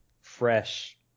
fresh